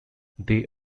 they